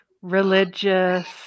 Religious